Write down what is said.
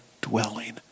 dwelling